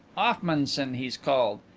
offmunson he's called,